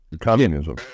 Communism